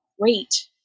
great